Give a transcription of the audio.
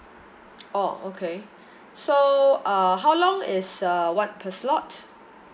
oh okay so uh how long is uh what per slot